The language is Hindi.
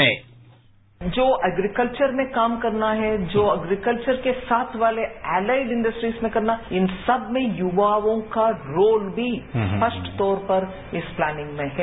निर्मला सीतारमन बाईट जो एग्रीकल्चर में काम करना है जो एग्रीकल्चर के साथ वाले एलाइड इंडस्ट्रीज में करना इन सब में युवाओं का रोल भी स्पष्ट तौर पर इस प्लैनिंग में है